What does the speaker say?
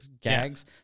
gags